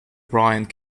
bryant